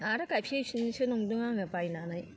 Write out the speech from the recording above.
आरो गायफै फिन्नोसो नंदों आंङो बायनानै